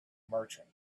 merchant